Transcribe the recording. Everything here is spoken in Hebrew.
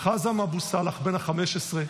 חאזם אבו סאלח, בן 15,